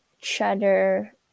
cheddar